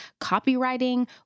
copywriting